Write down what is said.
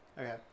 okay